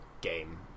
game